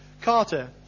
Carter